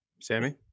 Sammy